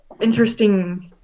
interesting